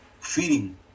feeding